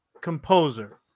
composer